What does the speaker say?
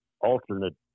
alternate